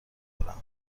برم